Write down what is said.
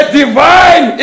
divine